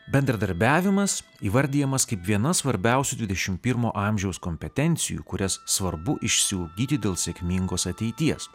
bendradarbiavimas įvardijamas kaip viena svarbiausių dvidešim pirmo amžiaus kompetencijų kurias svarbu išsiugdyti dėl sėkmingos ateities